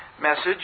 message